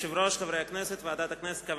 הודעה ליושב-ראש ועדת הכנסת.